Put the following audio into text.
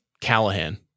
Callahan